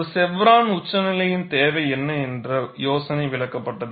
ஒரு செவ்ரான் உச்சநிலையின் தேவை என்ன என்ற யோசனை விளக்கப்பட்டது